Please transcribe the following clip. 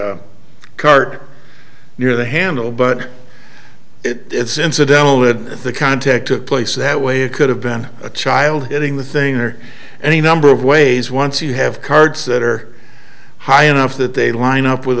the cart near the handle but it's incidental that the contact took place that way it could have been a child hitting the thing or any number of ways once you have cards that are high enough that they line up with